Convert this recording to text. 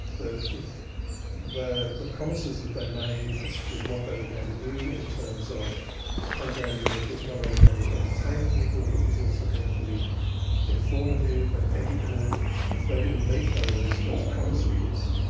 that if the the promises that they made as to what they were going to do in terms of programming that was not only going to entertain people, but was also going to be informative and educative, if they didn't meet those those promises,